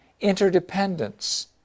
interdependence